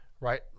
Right